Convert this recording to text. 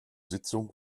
sitzung